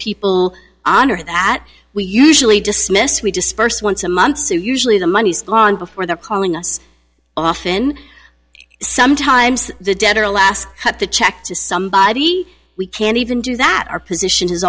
people honor that we usually dismiss we dispersed once a month so usually the money's gone before they're calling us often sometimes the debtor last cut the check to somebody we can't even do that our position has